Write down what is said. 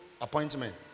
appointment